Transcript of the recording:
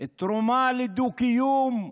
תרומה לדו-קיום,